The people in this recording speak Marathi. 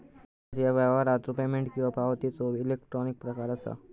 ई.सी.एस ह्या व्यवहारासाठी पेमेंट किंवा पावतीचो इलेक्ट्रॉनिक प्रकार असा